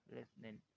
listening